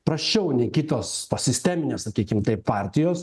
prasčiau nei kitos sisteminės sakykime taip partijos